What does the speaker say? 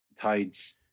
tides